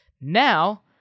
now